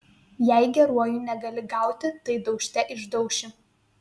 jei geruoju negali gauti tai daužte išdauši